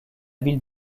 ville